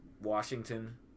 Washington